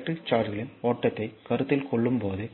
electric சார்ஜ்களின் ஓட்டத்தை கருத்தில் கொள்ளும்போது